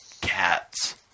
Cats